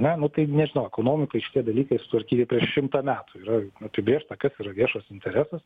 ne nu tai nežinau ekonomikoj šie dalykai yra sutvarkyti per šimtą metų yra apibrėžta kas yra viešas interesas